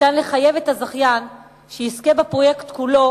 אפשר לחייב את הזכיין שיזכה בפרויקט כולו